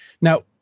Now